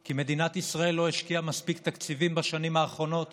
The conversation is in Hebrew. כי מדינת ישראל לא השקיעה מספיק תקציבים בשנים האחרונות